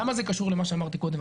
למה זה קשור למה שאמרתי קודם?